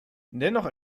dennoch